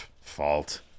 fault